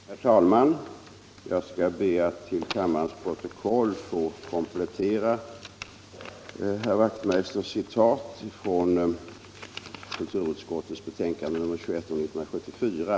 Herr talman! Jag skall be att till kammarens protokoll få komplettera herr Wachtmeisters i Staffanstorp citat från kulturutskottets betänkande nr 21 år 1974.